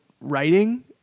writing